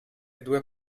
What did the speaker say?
due